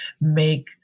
make